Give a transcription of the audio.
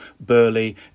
Burley